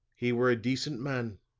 he were a decent man.